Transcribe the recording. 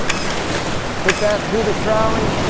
put that through the trolley,